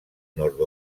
nord